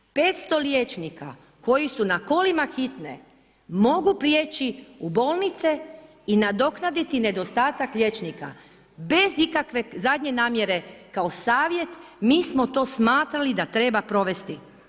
500 liječnika koji su na kolima Hitne, mogu prijeći u bolnice i nadoknaditi nedostataka liječnika bez ikakve zadnje namjere kao savjet, mi smo to smatrali da treba provesti.